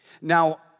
Now